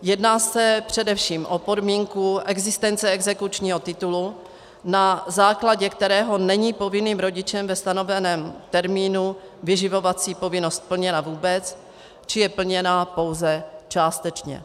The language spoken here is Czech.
Jedná se především o podmínku existence exekučního titulu, na základě kterého není povinným rodičem ve stanoveném termínu vyživovací povinnost plněna vůbec, či je plněna pouze částečně.